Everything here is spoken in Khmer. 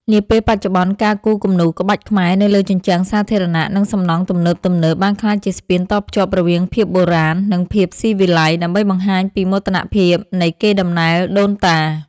នាពេលបច្ចុប្បន្ន ការគូរគំនូរក្បាច់ខ្មែរនៅលើជញ្ជាំងសាធារណៈ និងសំណង់ទំនើបៗ បានក្លាយជាស្ពានតភ្ជាប់រវាងភាពបុរាណ និងភាពស៊ីវិល័យ ដើម្បីបង្ហាញពីមោទនភាពនៃកេរដំណែលដូនតា។